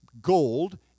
gold